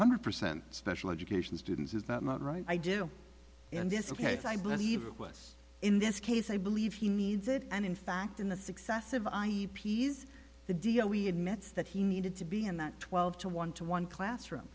hundred percent special education students is that right i do in this case i believe it was in this case i believe he needs it and in fact in the successive i e p's the dia we admits that he needed to be in the twelve to one to one classroom